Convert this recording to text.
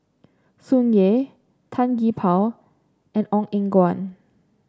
Tsung Yeh Tan Gee Paw and Ong Eng Guan